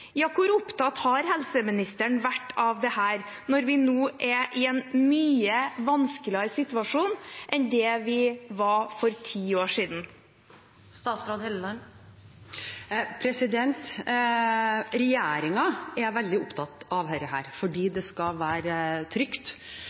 Ja, hvor opptatt har helseministeren vært av dette når vi nå er i en mye vanskeligere situasjon enn det vi var for ti år siden? Regjeringen er veldig opptatt av dette, for det skal være trygt